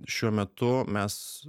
šiuo metu mes